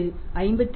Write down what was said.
இது 52